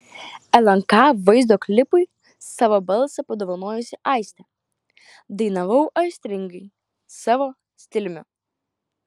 lnk vaizdo klipui savo balsą padovanojusi aistė dainavau aistringai savo stiliumi